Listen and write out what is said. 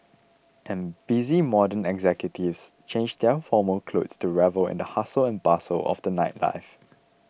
and busy modern executives change their formal clothes to revel in the hustle and bustle of the nightlife